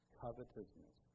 covetousness